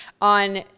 on